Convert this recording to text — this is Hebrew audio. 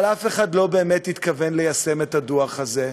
אבל אף אחד לא באמת התכוון ליישם את הדוח הזה.